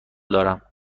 دارم